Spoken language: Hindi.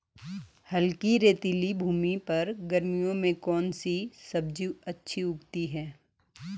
हल्की रेतीली भूमि पर गर्मियों में कौन सी सब्जी अच्छी उगती है?